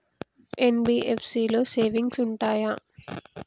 NBFC లో savings ఉంటయా?